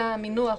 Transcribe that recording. זה המינוח,